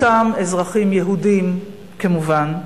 אותם אזרחים יהודים כמובן.